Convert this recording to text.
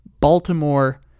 Baltimore